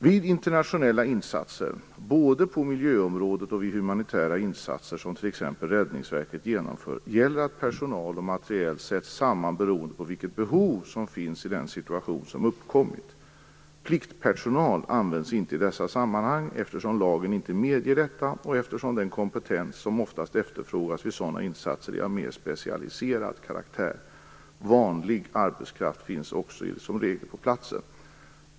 Vid internationella insatser både på miljöområdet och vid humanitära insatser, som t.ex. Räddningsverket genomför, gäller att personal och materiel sätts samman beroende på vilket behov som finns vid den situation som uppkommit. Pliktpersonal används inte i dessa sammanhang, eftersom lagen inte medger detta och eftersom den kompetens som oftast efterfrågas vid sådana insatser är av mer specialiserad karaktär. Vanlig arbetskraft finns som regel vid platsen.